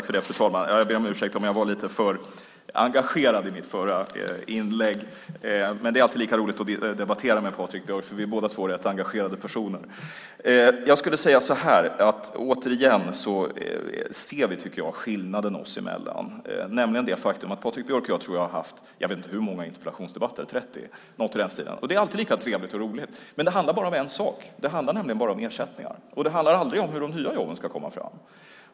Fru talman! Ja, jag ber om ursäkt om jag var lite för engagerad i mitt förra inlägg! Men det är alltid lika roligt att debattera med Patrik Björck, för vi är båda två rätt engagerade personer. Jag skulle säga så här: Återigen ser vi, tycker jag, skillnaden oss emellan, nämligen i det faktum att Patrik Björck och jag har haft jag vet inte hur många interpellationsdebatter. Är det 30? Det är något i den stilen. Och det är alltid lika trevligt och roligt. Men det handlar bara om en sak. Det handlar nämligen bara om ersättningar. Och det handlar aldrig om hur de nya jobben ska komma fram.